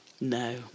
No